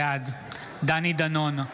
בעד דני דנון,